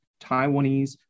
Taiwanese